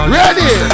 Ready